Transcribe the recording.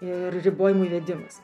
ir ribojimų įvedimas